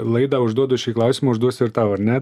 laidą užduodu šį klausimą užduosiu ir tau ar ne